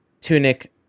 Tunic